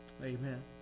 Amen